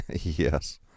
yes